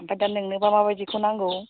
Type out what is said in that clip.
ओमफ्राय दा नोंनोबा माबायदिखौ नांगौ